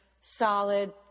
solid